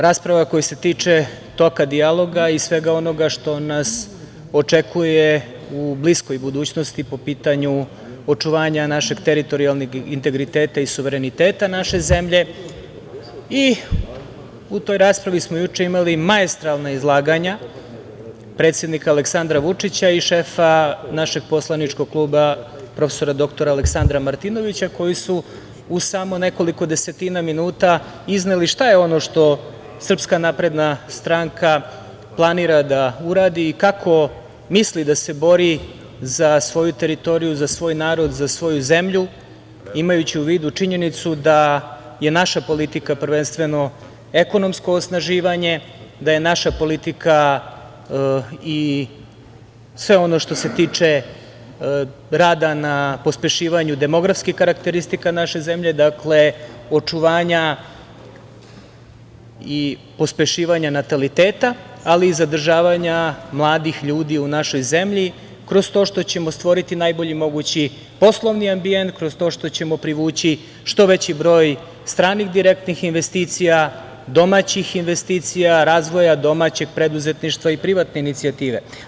Rasprava koja se tiče toka dijaloga i svega onoga što nas očekuje u bliskoj budućnosti po pitanju očuvanja našeg teritorijalnog integriteta i suvereniteta naše zemlje i u toj raspravi smo juče imali maestralna izlaganja predsednika, Aleksandra Vučića, i šefa našeg poslaničkog kluba, prof. dr Aleksandra Martinovića, koji su u samo nekoliko desetina minuta izneli šta je ono što SNS planira da uradi i kako misli da se bori za svoju teritoriju, za svoj narod, za svoju zemlju, imajući u vidu činjenicu da je naša politika prvenstveno ekonomsko osnaživanje, da je naša politika i sve ono što se tiče rada na pospešivanju demografskih karakteristika naše zemlje, očuvanja i pospešivanja nataliteta, ali i zadržavanja mladih ljudi u našoj zemlji kroz to što ćemo stvoriti najbolji mogući poslovni ambijent, kroz to što ćemo privući što veći broj stranih direktnih investicija, domaćih investicija, razvoja domaćeg preduzetništva i privatne inicijative.